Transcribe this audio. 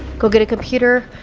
go get a computer.